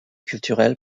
culturel